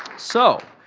so,